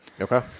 Okay